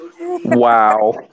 Wow